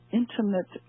intimate